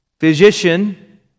Physician